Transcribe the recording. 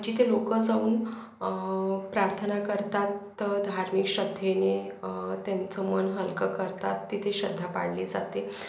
जिथे लोकं जाऊन प्रार्थना करतात धार्मिक श्रद्धेने त्यांचं मन हलकं करतात तिथे श्रद्धा पाळली जाते